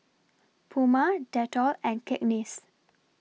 Puma Dettol and Cakenis